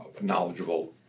knowledgeable